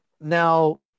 Now